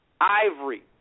Ivory